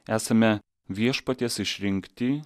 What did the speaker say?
esame viešpaties išrinkti